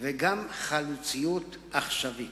וגם חלוציות עכשווית.